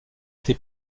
été